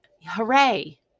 hooray